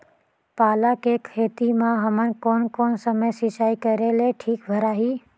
पाला के खेती मां हमन कोन कोन समय सिंचाई करेले ठीक भराही?